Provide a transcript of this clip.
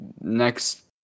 next